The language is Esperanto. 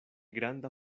granda